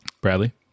Bradley